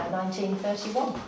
19:31